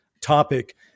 topic